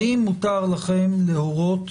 האם מותר לכם להורות